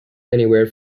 anywhere